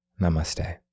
Namaste